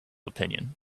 opinion